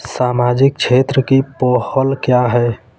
सामाजिक क्षेत्र की पहल क्या हैं?